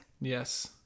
Yes